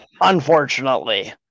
Unfortunately